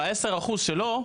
ב-10% שלא,